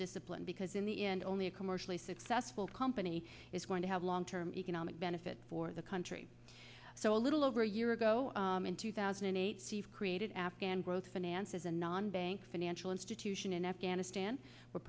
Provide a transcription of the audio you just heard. discipline because in the end only a commercially successful company is going to have a long term economic benefit for the country so a little over a year ago in two thousand and eight created afghan growth finances and non bank financial institution in afghanistan were